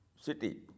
city